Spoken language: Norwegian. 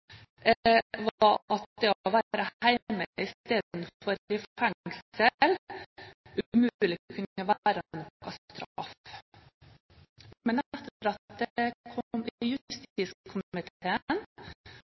var at det å være hjemme istedenfor i fengsel umulig kunne være noen straff. Men etter at jeg kom